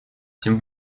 тем